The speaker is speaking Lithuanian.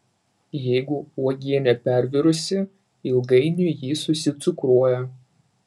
jeigu uogienė pervirusi ilgainiui ji susicukruoja